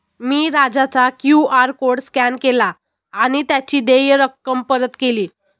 मी राजाचा QR code scan केला आणि त्याची देय रक्कम परत केली